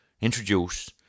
Introduce